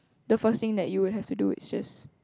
the first thing that you would have to do is just